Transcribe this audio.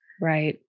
Right